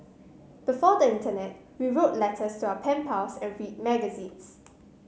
before the internet we wrote letters to our pen pals and read magazines